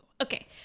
Okay